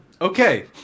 okay